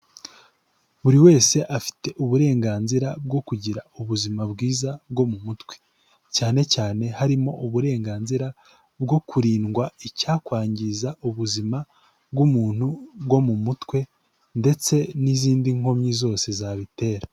Buri wese afite uburenganzira bwo kugira ubuzima bwiza bwo mu mutwe. Cyane cyane harimo uburenganzira bwo kurindwa icyakwangiza ubuzima bw'umuntu bwo mu mutwe, ndetse n'izindi nkomyi zose zabitera.